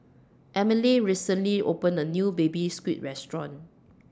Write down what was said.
Emelie recently opened A New Baby Squid Restaurant